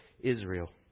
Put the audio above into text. Israel